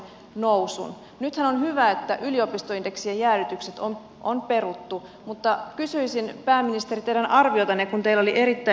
nythän on hyvä että yliopistoindeksien jäädytykset on peruttu mutta kysyisin pääministeri teidän arviotanne kun teillä oli erittäin hyvät muutosvoimanäkemykset